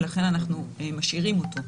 ולכן אנחנו משאירים אותו.